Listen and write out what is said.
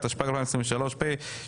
התשפ"ג 2023 (פ/2251/25),